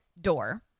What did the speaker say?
door